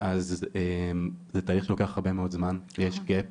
אז זה תהליך שלוקח הרבה מאוד זמן כי יש פער